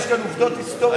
יש כאן עובדות היסטוריות.